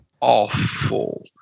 Awful